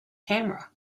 camera